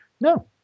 No